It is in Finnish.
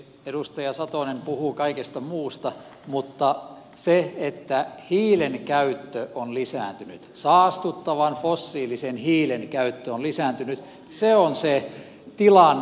edustaja satonen puhuu kaikesta muusta mutta se että hiilen käyttö on lisääntynyt saastuttavan fossiilisen hiilen käyttö on lisääntynyt on se tilanne missä elämme